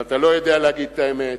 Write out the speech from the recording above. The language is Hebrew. אבל אתה לא יודע להגיד את האמת,